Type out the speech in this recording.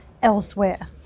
elsewhere